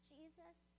Jesus